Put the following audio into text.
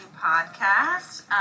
Podcast